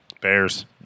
Bears